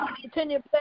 Continue